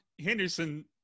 Henderson